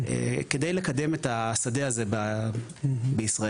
כדי לקדם את השדה הזה בישראל.